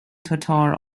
tatar